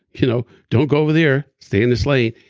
you know don't go over there. stay in this lane.